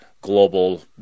global